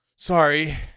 Sorry